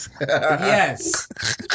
Yes